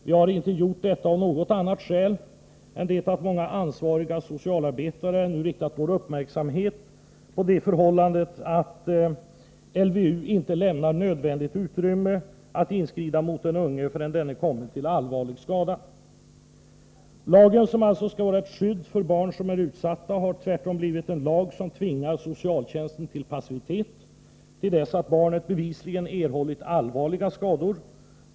Vi har inte gjort detta av något annat skäl än det att många ansvariga socialarbetare nu har riktat vår uppmärksamhet på det förhållandet att LVU inte lämnar nödvändigt utrymme att inskrida mot den unge förrän denne har kommit till allvarlig skada. Lagen, som alltså skall vara ett skydd för barn som är utsatta, har tvärtom blivit en lag, som tvingar socialtjänsten till passivitet till dess att barnet bevisligen har erhållit allvarliga skador.